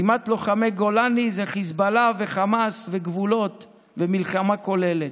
משימת לוחמי גולני זה חיזבאללה וחמאס וגבולות ומלחמה כוללת.